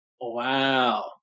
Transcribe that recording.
Wow